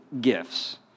gifts